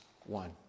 one